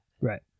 right